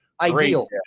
Ideal